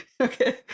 Okay